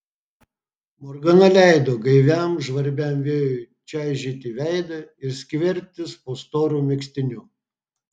morgana leido gaiviam žvarbiam vėjui čaižyti veidą ir skverbtis po storu megztiniu